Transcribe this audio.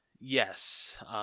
Yes